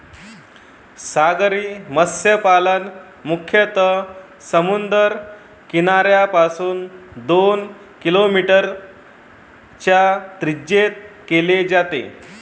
सागरी मत्स्यपालन मुख्यतः समुद्र किनाऱ्यापासून दोन किलोमीटरच्या त्रिज्येत केले जाते